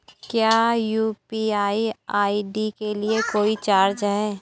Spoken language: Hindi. क्या यू.पी.आई आई.डी के लिए कोई चार्ज है?